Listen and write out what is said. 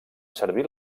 servir